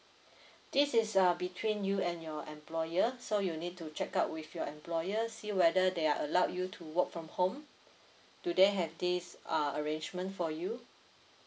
this is uh between you and your employer so you need to check out with your employer see whether they uh allowed you to work from home do they have this uh arrangement for you